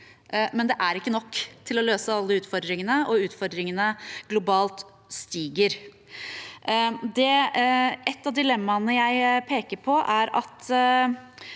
men det er ikke nok til å løse alle utfordringene, og utfordringene globalt øker. Et av dilemmaene jeg peker på, er at